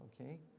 okay